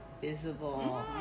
visible